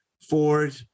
Ford